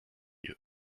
you